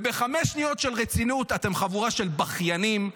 ובחמש שניות של רצינות, אתם חבורה של בכיינים.